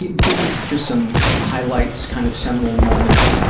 give me just some highlights, kind of seminal moments,